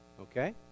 Okay